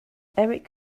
erik